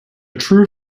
true